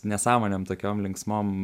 nesąmonėm tokiom linksmom